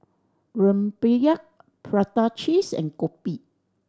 rempeyek prata cheese and kopi